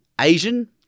Asian